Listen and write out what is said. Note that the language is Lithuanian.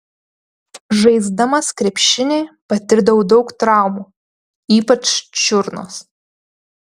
žaisdamas krepšinį patirdavau daug traumų ypač čiurnos